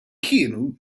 kienu